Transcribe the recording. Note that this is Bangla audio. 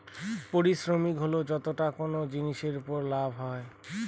পারিশ্রমিক হল যতটা কোনো জিনিসের উপর লাভ হয়